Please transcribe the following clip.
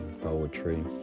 poetry